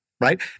Right